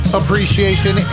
appreciation